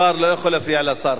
שר לא יכול להפריע לשר.